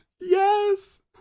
Yes